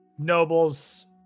Nobles